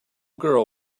girl